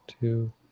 two